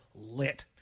lit